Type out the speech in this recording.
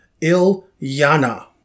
Il-Yana